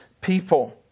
people